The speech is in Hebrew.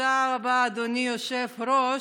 תודה רבה, אדוני היושב-ראש.